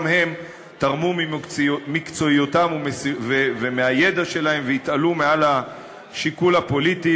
גם הם תרמו ממקצועיותם ומהידע שלהם והתעלו מעל השיקול הפוליטי,